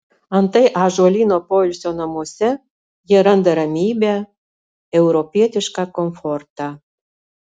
antai ąžuolyno poilsio namuose jie randa ramybę europietišką komfortą